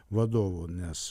vadovų nes